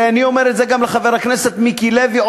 ואני אומר את זה גם לחבר הכנסת מיקי לוי,